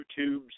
YouTubes